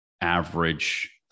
average